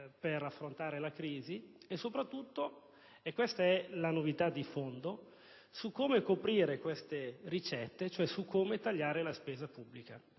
per affrontare la crisi e soprattutto (questa è la novità di fondo) su come coprire queste ricette, cioè su come tagliare la spesa pubblica.